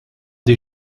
des